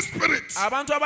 Spirit